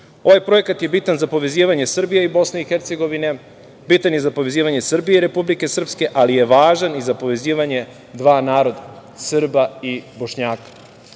projekat je bitan za povezivanje Srbije i BiH, bitan je za povezivanje Srbije i Republike Srpske, ali je važan i za povezivanje dva naroda, Srba i Bošnjaka,